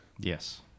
Yes